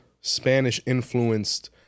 Spanish-influenced